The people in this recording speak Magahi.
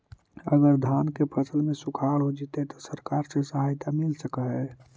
अगर धान के फ़सल में सुखाड़ होजितै त सरकार से सहायता मिल सके हे?